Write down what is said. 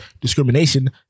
discrimination